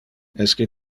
esque